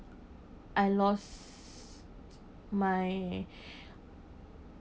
I lost my